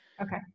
Okay